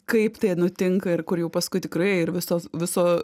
kaip tai nutinka ir kur jau paskui tikrai ir visos viso